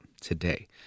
today